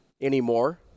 anymore